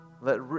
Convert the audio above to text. Let